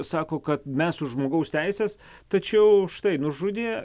sako kad mes už žmogaus teises tačiau štai nužudė